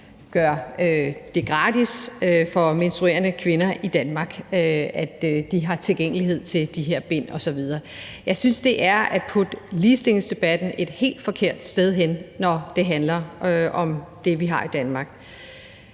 gøre det gratis for menstruerende kvinder i Danmark, altså at de har tilgængelighed til de her bind osv. Jeg synes, det er at putte ligestillingsdebatten et helt forkert sted hen, når det handler om det, vi har i Danmark.